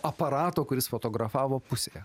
aparato kuris fotografavo pusėje